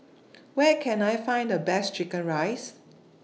Where Can I Find The Best Chicken Rice